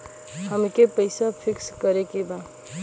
अमके पैसा फिक्स करे के बा?